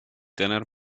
tener